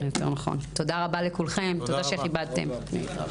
תודה רבה לכולכם, תודה שכיבדתם אותנו.